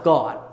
God